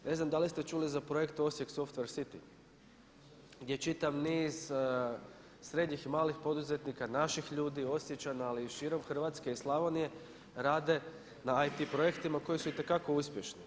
Ne znam da li ste čuli za projekt Osijek software city gdje čitav niz srednjih i malih poduzetnika, naših ljudi, Osječana, ali i širom Hrvatske i Slavonije rade na IT projektima koji su itekako uspješni.